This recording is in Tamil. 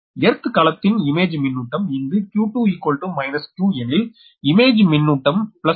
எனவே எர்த் தளத்தின் இமேஜ் மின்னூட்டம் இங்கு q2 q எனில் இமேஜ் மின்னூட்டம் பிளஸ் q